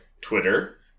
Twitter